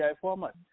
format